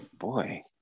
Boy